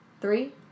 Three